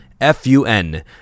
F-U-N